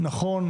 נכון,